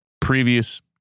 previous